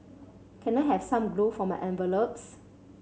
can I have some glue for my envelopes